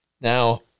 Now